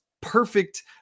perfect